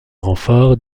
renforts